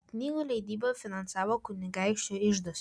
knygų leidybą finansavo kunigaikščio iždas